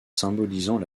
symbolisant